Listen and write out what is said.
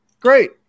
great